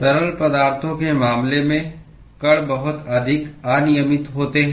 तरल पदार्थों के मामले में कण बहुत अधिक अनियमित होते हैं